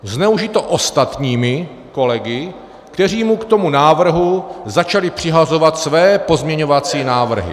Zneužito ostatními kolegy, kteří mu k tomu návrhu začali přihazovat své pozměňovací návrhy.